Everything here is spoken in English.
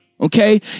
Okay